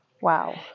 Wow